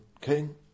king